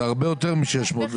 זה הרבה יותר מ-600.